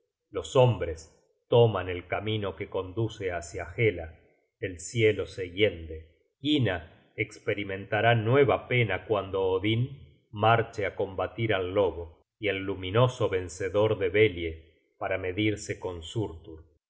los hombres toman el camino que conduce hácia hela el cielo se hiende hlyna esperimentará nueva pena cuando odin marche á combatir al lobo y el luminoso vencedor de belie para medirse con surtur